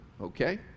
Okay